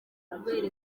kubera